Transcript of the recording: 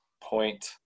point